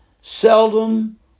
seldom